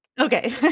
Okay